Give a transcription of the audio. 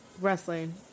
wrestling